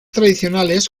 tradicionales